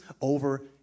over